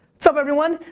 what's up, everyone?